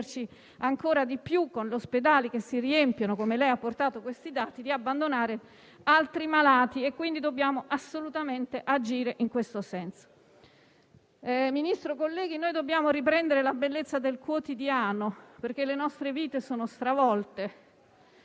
di abbandonare altri malati; quindi dobbiamo assolutamente agire in questo senso. Signor Ministro, colleghi, noi dobbiamo riprendere la bellezza del quotidiano, perché le nostre vite sono stravolte.